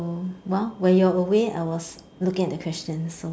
while when you were away I was looking at the question so